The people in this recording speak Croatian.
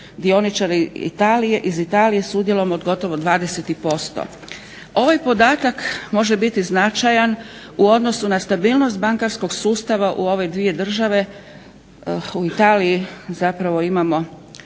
dioničari iz Italije s udjelom od gotovo 20%. Ovaj podatak može biti značajan u odnosu na stabilnost bankarskog sustava u ove dvije države. U Italiji imamo